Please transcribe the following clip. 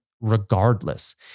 regardless